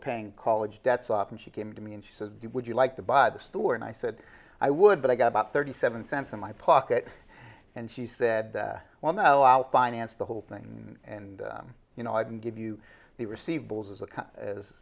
paying college debts off and she came to me and she said would you like to buy the store and i said i would but i got about thirty seven cents in my pocket and she said well no out financed the whole thing and you know i can give you the receivables as a